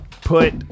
put